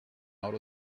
auto